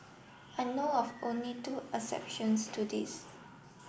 I know of only two exceptions to this